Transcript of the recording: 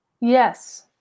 yes